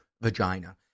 vagina